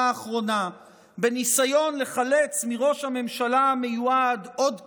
האחרונה בניסיון לחלץ מראש הממשלה המיועד עוד כניעה,